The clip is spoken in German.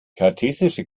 kartesische